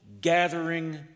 gathering